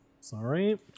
Sorry